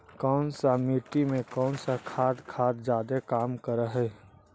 कौन सा मिट्टी मे कौन सा खाद खाद जादे काम कर हाइय?